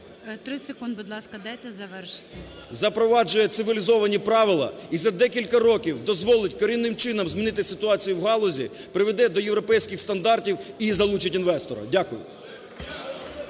30 секунд, будь ласка, дайте завершити. СЕМЕНУХА Р.С. … запроваджує цивілізовані правила і за декілька років дозволить корінним чином змінити ситуацію у галузі, приведе до європейських стандартів і залучить інвестора. Дякую.